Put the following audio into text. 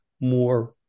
more